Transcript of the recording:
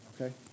okay